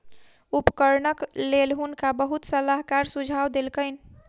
उपकरणक लेल हुनका बहुत सलाहकार सुझाव देलकैन